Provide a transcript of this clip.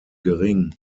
gering